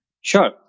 Sure